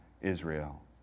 Israel